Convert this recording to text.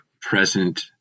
present